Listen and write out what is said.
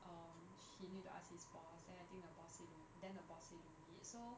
um he need to ask his boss then I think the boss say don't then the boss say don't need so